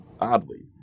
Oddly